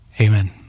Amen